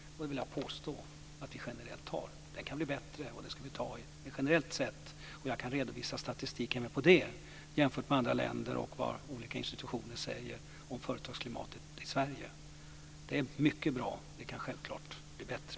Det vill jag påstå att vi generellt har. Det kan bli bättre, och det ska vi ta tag i. Men generellt sett - och jag kan även på detta område redovisa statistik, jämförelser med andra länder och vad olika institutioner säger - är företagsklimatet i Sverige mycket bra, även om det självklart kan bli bättre.